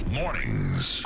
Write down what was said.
mornings